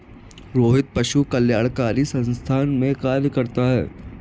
रोहित पशु कल्याणकारी संस्थान में कार्य करता है